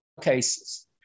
cases